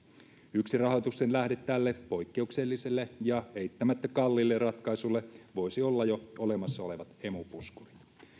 yksi rahoituksen lähde tälle poikkeukselliselle ja eittämättä kalliille ratkaisulle voisi olla jo olemassa olevat emu puskurit